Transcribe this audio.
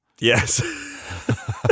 Yes